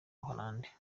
buholandi